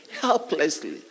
helplessly